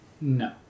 No